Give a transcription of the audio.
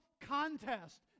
contest